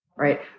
Right